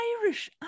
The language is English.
Irish